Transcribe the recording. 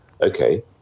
Okay